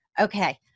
okay